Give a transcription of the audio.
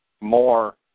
more